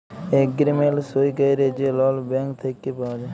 agreement সই ক্যইরে যে লল ব্যাংক থ্যাইকে পাউয়া যায়